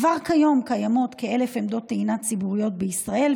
כבר כיום קיימות כ-1,000 עמדות טעינה ציבוריות בישראל,